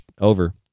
over